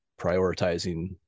prioritizing